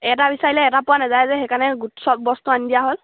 এটা বিচাৰিলে এটা পোৱা নাযায় যে সেইকাৰণে গোট চব বস্তু আনি দিয়া হ'ল